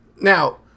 Now